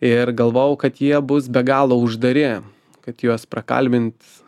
ir galvojau kad jie bus be galo uždari kad juos prakalbint